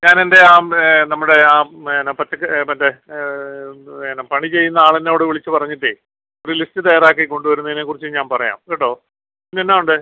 ഞാനെന്റെ ആ നമ്മുടെ ആ എന്നാൽ മറ്റേ ഏന പണി ചെയ്യുന്ന ആളിന്നോട് വിളിച്ച് പറഞ്ഞിട്ടെ ഒരു ലിസ്റ്റ് തയ്യാറാക്കിക്കൊണ്ട് വരുന്നതിനെക്കുറിച്ച് ഞാൻ പറയാം കേട്ടോ പിന്നെ എന്നാ ഉണ്ടെ